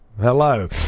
Hello